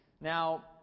Now